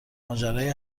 ماجرای